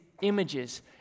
images